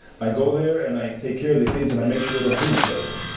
i go there and i take care of the kids and i make sure they don't hit each other.